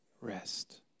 Rest